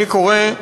אני קורא,